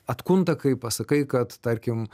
atkunta kai pasakai kad tarkim